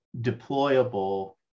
deployable